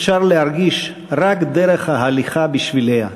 אפשר להרגיש רק דרך ההליכה בשביליה.